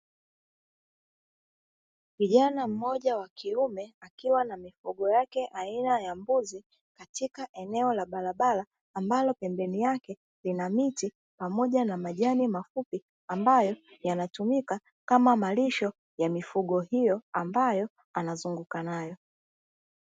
Kijana mmoja wa kiume akiwa ana mifugo yake aina ya mbuzi, katika eneo la barabara, ambalo pembeni yake lina miti pamoja na majani mafupi ambayo yanatumika kama malisho ya mifugo hiyo ambayo anazunguka nayo.